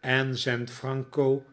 en